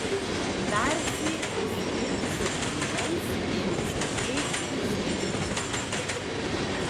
darsyk prisipildžiusi vandens ėmė smagiai liuoksėti nuo kalno